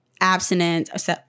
abstinence